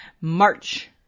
March